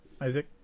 Isaac